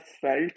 felt